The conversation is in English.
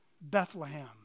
Bethlehem